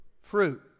fruit